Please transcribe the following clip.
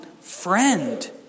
friend